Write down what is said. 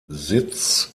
sitz